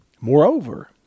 Moreover